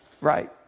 Right